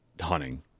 hunting